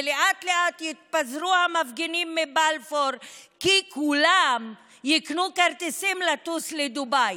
ולאט-לאט יתפזרו המפגינים מבלפור כי כולם יקנו כרטיסים לטוס לדובאי.